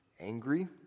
angry